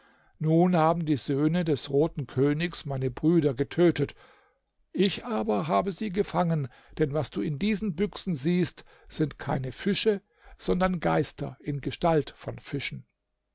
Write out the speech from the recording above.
nun haben die söhne des roten königs meine brüder getötet ich aber habe sie gefangen denn was du in diesen büchsen siehst sind keine fische sondern geister in gestalt von fischen